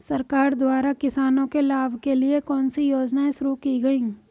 सरकार द्वारा किसानों के लाभ के लिए कौन सी योजनाएँ शुरू की गईं?